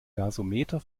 gasometer